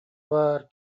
баар